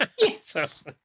Yes